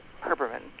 Herberman